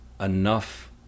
enough